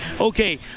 Okay